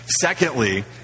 Secondly